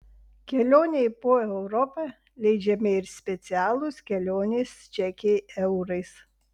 kelionei po europą leidžiami ir specialūs kelionės čekiai eurais